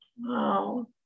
Wow